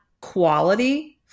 quality